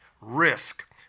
risk